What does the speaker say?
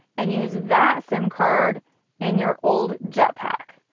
and use that sim card in your old jetpack.